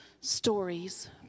stories